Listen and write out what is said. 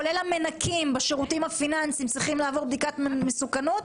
כולל המנקים בשירותים הפיננסים צריכים לעבור בדיקת מסוכנות?